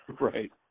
Right